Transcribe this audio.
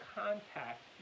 contact